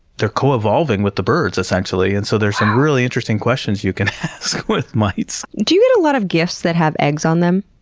coevolving with the birds, essentially. and so there's some really interesting questions you can ask with mites. do you get a lot of gifts that have eggs on them?